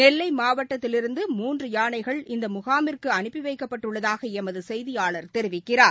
நெல்லை மாவட்டத்திலிருந்து மூன்று யானைகள் இந்த முகாமிற்கு அனுப்பி வைக்கப்பட்டுள்ளதாக எமது செய்தியாளர் தெரிவிக்கிறார்